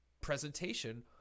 presentation